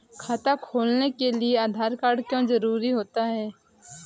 खाता खोलने के लिए आधार कार्ड क्यो जरूरी होता है?